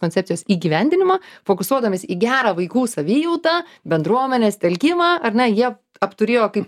koncepcijos įgyvendinimą fokusuodamies į gerą vaikų savijautą bendruomenės telkimą ar ne jie apturėjo kaip